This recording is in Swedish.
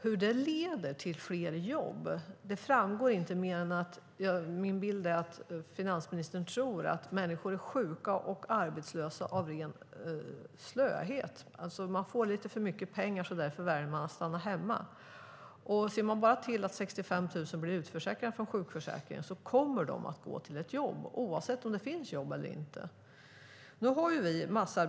Hur det leder till fler jobb framgår inte, mer än att min bild är att finansministern tror att människor är sjuka och arbetslösa av ren slöhet. De får lite för mycket pengar, och därför väljer de att stanna hemma. Om man ser till att 65 000 blir utförsäkrade från sjukförsäkringen kommer de att gå till ett jobb, oavsett om det finns jobb eller inte.